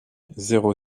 zéro